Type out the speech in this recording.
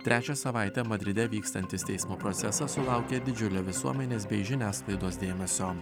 trečią savaitę madride vykstantis teismo procesas sulaukė didžiulio visuomenės bei žiniasklaidos dėmesio